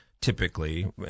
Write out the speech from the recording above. typically